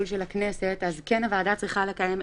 אבל אני לא רוצה שזה יהיה